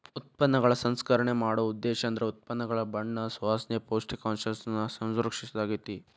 ಉತ್ಪನ್ನಗಳ ಸಂಸ್ಕರಣೆ ಮಾಡೊ ಉದ್ದೇಶೇಂದ್ರ ಉತ್ಪನ್ನಗಳ ಬಣ್ಣ ಸುವಾಸನೆ, ಪೌಷ್ಟಿಕಾಂಶನ ಸಂರಕ್ಷಿಸೊದಾಗ್ಯಾತಿ